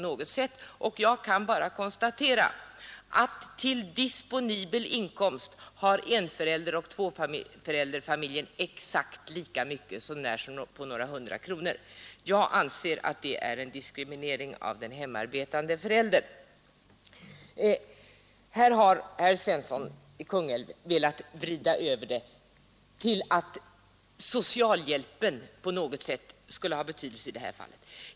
Jag kan nu bara konstatera att till disponibel inkomst har enförälderfamiljen och tvåförälderfamiljen exakt lika mycket, så när som på några hundra kronor. Jag anser att detta är en diskriminering av den hemarbetande föräldern. Här har herr Svensson i Kungälv velat vrida det till att socialhjälpen på något sätt skulle ha betydelse i det här fallet.